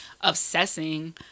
obsessing